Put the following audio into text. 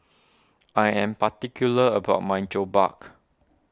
I am particular about my